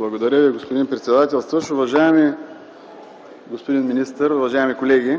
Благодаря Ви, господин председател. Уважаеми господин министър, уважаеми колеги!